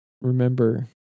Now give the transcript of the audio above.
remember